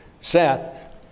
Seth